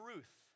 Ruth